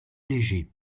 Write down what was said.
légers